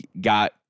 Got